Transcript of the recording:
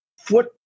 foot